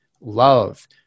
love